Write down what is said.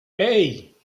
hey